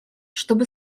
чтобы